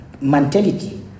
mentality